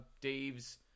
dave's